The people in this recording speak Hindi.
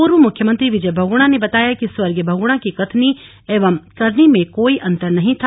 पूर्व मुख्यमंत्री विजय बहुगुणा ने बताया कि स्व बहुगुणा की कथनी एवं करनी में कोई अंतर नहीं था